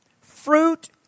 Fruit